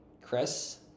Chris